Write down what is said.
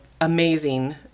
amazing